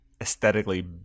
aesthetically